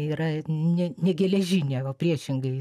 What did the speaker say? yra ne negeležinė o priešingai